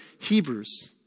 Hebrews